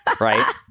right